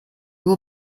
were